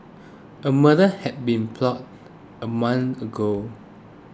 a murder had been plotted a month ago